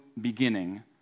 beginning